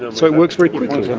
so it works very quickly? and